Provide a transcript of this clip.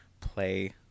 play